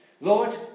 Lord